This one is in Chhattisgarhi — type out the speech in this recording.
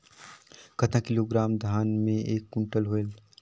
कतना किलोग्राम धान मे एक कुंटल होयल?